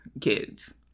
kids